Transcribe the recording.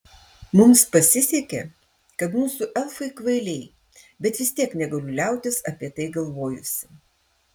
mums pasisekė kad mūsų elfai kvailiai bet vis tiek negaliu liautis apie tai galvojusi